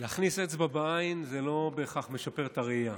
להכניס אצבע בעין זה לא בהכרח משפר את הראייה.